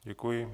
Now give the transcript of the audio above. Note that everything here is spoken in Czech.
Děkuji.